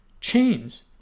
chains